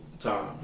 Time